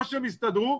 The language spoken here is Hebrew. או שהם יסתדרו,